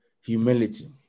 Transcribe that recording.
humility